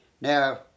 Now